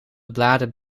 bladen